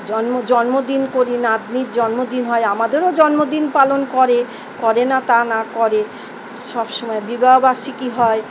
জন্ম জন্মদিন করি নাতনির জন্মদিন হয় আমাদেরও জন্মদিন পালন করে করে না তা না করে সব সময় বিবাহবার্ষিকী হয়